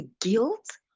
guilt